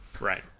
right